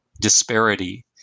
disparity